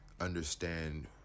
understand